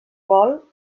vol